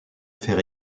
faire